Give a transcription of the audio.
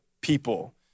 people